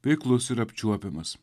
veiklus ir apčiuopiamas